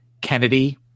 Kennedy